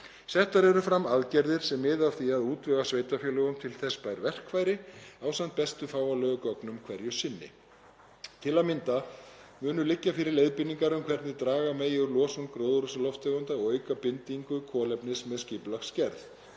Settar eru fram aðgerðir sem miða að því að útvega sveitarfélögum til þess bær verkfæri ásamt bestu fáanlegu gögnum hverju sinni. Til að mynda munu liggja fyrir leiðbeiningar um hvernig draga megi úr losun gróðurhúsalofttegunda og auka bindingu kolefnis með skipulagsgerð.